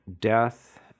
death